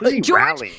George